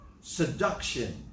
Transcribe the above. Seduction